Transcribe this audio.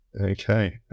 Okay